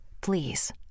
Please